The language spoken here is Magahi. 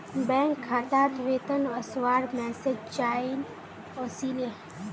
बैंक खातात वेतन वस्वार मैसेज चाइल ओसीले